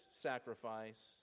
sacrifice